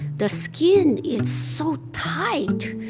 the skin it's so tight,